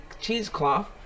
cheesecloth